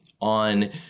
on